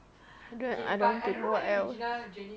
I don't want to know what else